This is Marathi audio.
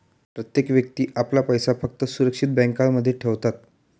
प्रत्येक व्यक्ती आपला पैसा फक्त सुरक्षित बँकांमध्ये ठेवतात